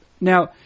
Now